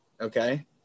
okay